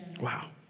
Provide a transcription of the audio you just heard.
Wow